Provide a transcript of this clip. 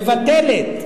מבטלת.